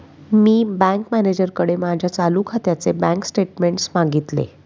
मी bank मॅनेजरकडे माझ्या चालू खात्याचे बँक स्टेटमेंट्स मागितले